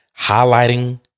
Highlighting